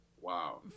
wow